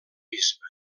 bisbe